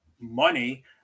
money